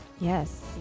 Yes